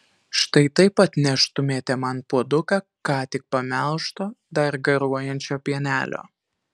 štai taip atneštumėte man puoduką ką tik pamelžto dar garuojančio pienelio